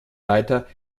leiter